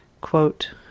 Quote